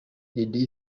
radio